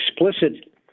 explicit